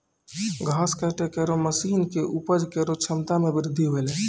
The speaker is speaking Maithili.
घास काटै केरो मसीन सें उपज केरो क्षमता में बृद्धि हौलै